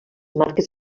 marques